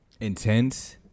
intense